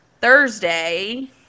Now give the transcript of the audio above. Thursday